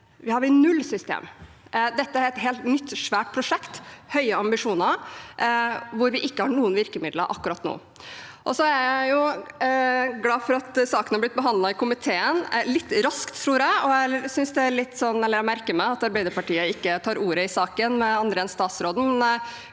vi null system. Dette er et helt nytt, svært prosjekt, høye ambisjoner, hvor vi ikke har noen virkemidler akkurat nå. Jeg er glad for at saken har blitt behandlet i komiteen – litt raskt, tror jeg. Jeg merker meg at Arbeiderpartiet ikke tar ordet i saken med andre enn statsråden,